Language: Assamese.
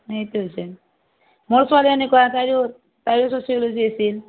সেইটো হৈছে মোৰ ছোৱালী এনেকুৱা তাইৰো তাইৰো ছচিয়ল'জি আছিল